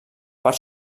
part